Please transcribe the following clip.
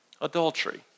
Adultery